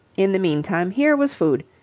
in the meantime, here was food,